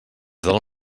del